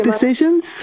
decisions